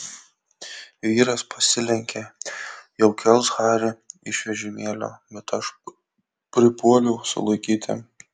vyras pasilenkė jau kels harį iš vežimėlio bet aš pripuoliau sulaikyti